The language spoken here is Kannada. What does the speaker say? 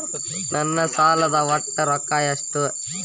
ನನ್ನ ಸಾಲದ ಒಟ್ಟ ರೊಕ್ಕ ಎಷ್ಟು?